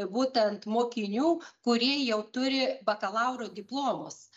būtent mokinių kurie jau turi bakalauro diplomus